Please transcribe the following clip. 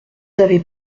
avez